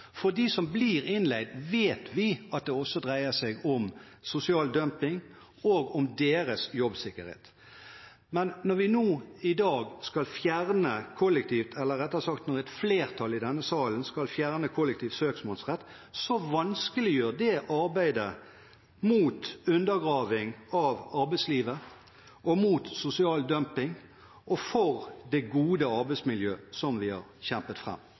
For dem som blir innleid, vet vi at det også dreier seg om sosial dumping og om deres jobbsikkerhet. Men når et flertall i denne salen skal fjerne kollektiv søksmålsrett, vanskeliggjør det arbeidet mot undergraving av arbeidslivet og mot sosial dumping og for det gode arbeidsmiljøet som vi har kjempet fram.